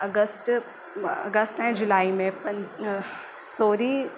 अगस्त अगस्त ऐं जुलाई में पंज सोरी